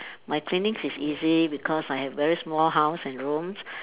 my cleaning is easy because I have very small house and rooms